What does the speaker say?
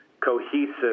cohesive